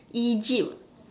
Egypt ah